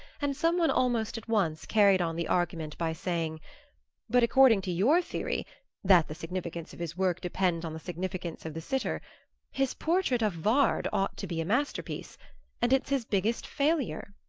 and some one almost at once carried on the argument by saying but according to your theory that the significance of his work depends on the significance of the sitter his portrait of vard ought to be a master-piece and it's his biggest failure.